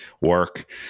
work